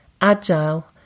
agile